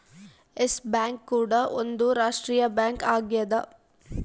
S Bank ಕೂಡ ಒಂದ್ ರಾಷ್ಟ್ರೀಯ ಬ್ಯಾಂಕ್ ಆಗ್ಯದ